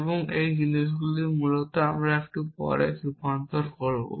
এবং এই জাতীয় জিনিসগুলি মূলত আমরা এটিকে একটু পরে রূপান্তর করব